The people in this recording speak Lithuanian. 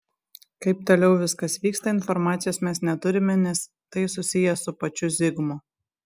kaip toliau viskas vyksta informacijos mes neturime nes tai susiję su pačiu zigmu